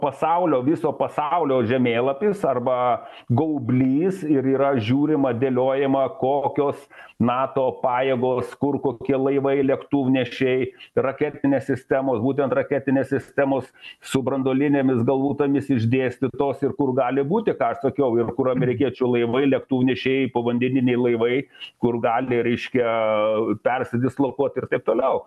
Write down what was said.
pasaulio viso pasaulio žemėlapis arba gaublys ir yra žiūrima dėliojama kokios nato pajėgos kur kokie laivai lėktuvnešiai raketinės sistemos būtent raketinės sistemos su branduolinėmis galvutėmis išdėstytos ir kur gali būti ką aš sakiau ir kur amerikiečių laivai lėktuvnešiai povandeniniai laivai kur gali reiškia persidislokuoti ir taip toliau